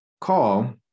call